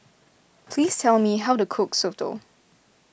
please tell me how to cook Soto